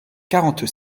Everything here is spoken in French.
quarante